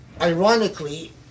Ironically